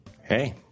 Hey